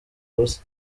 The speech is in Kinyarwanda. busa